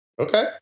Okay